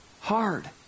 hard